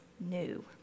new